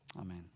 Amen